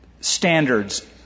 standards